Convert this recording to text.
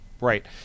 Right